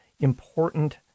important